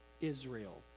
Israel